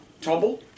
tumble